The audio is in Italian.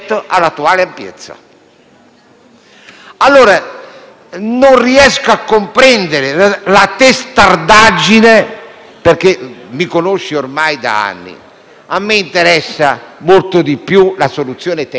Allora non riesco a comprendere la sua testardaggine, senatore Giarrusso. Lei mi conosce ormai da anni: a me interessa molto di più la soluzione tecnica che la soluzione politica.